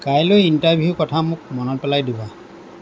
কাইলৈ ইণ্টাৰভিউৰ কথা মোক মনত পেলাই দিবা